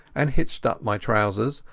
and hitched up my trousers,